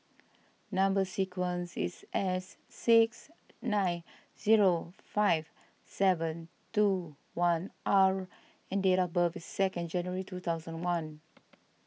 Number Sequence is S six nine zero five seven two one R and date of birth is second January two thousand one